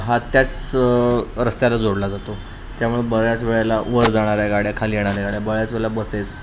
हा त्याच रस्त्याला जोडला जातो त्यामुळे बऱ्याच वेळेला वर जाणाऱ्या गाड्या खाली येणाऱ्या गाड्या बऱ्याच वेळेला बसेस